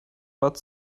but